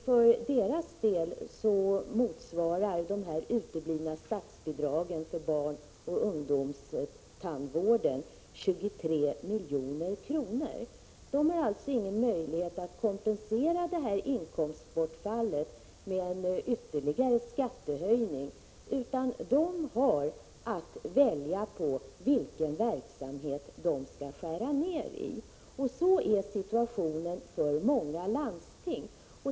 För dess del motsvarar de uteblivna statsbidragen för barnoch ungdomstandvården 23 milj.kr. Det har ingen möjlighet att kompensera detta inkomstbortfall med en ytterligare skattehöjning, utan det har att välja vilken verksamhet det skall skära ned i. Så är situationen för många landsting.